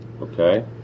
Okay